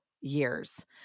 years